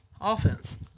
offense